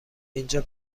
اینجا